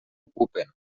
ocupen